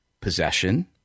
possession